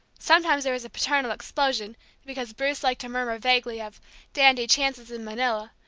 sometimes there was a paternal explosion because bruce liked to murmur vaguely of dandy chances in manila,